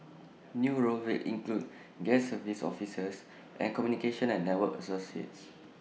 new roles will include guest services officers and communication and network associates